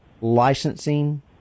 licensing